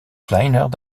kleiner